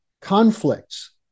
conflicts